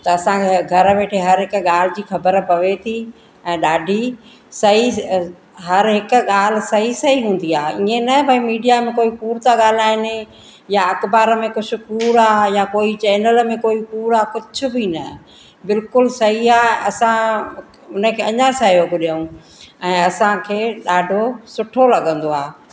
त असां घर वेठे हर हिक ॻाल्हि जी ख़बर पवे थी ऐं ॾाढी सही हर हिकु ॻाल्हि सही सही हूंदी आहे ईअं न भाई मीडिया में कोई कूड़ था ॻाल्हाइनि या अखबार में कुझु कूड़ु आहे या कोई चैनल में कूड़ु आहे कुझु बि न बिल्कुलु सही आहे असां उन खे अञा सहयोग ॾियूं ऐं असांखे ॾाढो सुठो लॻंदो आहे